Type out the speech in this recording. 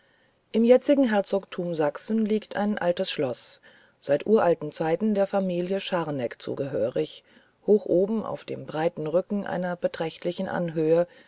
im jetzigen herzogtum sachsen liegt ein altes schloß seit uralten zeiten der familie von scharneck zugehörig hoch oben auf dem breiten rücken einer beträchtlichen anhöhe